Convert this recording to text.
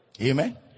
amen